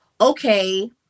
okay